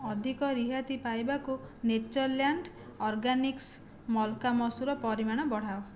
ଅଧିକ ରିହାତି ପାଇବାକୁ ନେଚର୍ଲ୍ୟାଣ୍ଡ୍ ଅର୍ଗାନିକ୍ସ୍ ମଲ୍କା ମସୁରର ପରିମାଣ ବଢ଼ାଅ